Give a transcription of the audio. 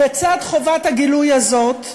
בצד חובת הגילוי הזאת,